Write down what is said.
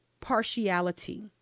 partiality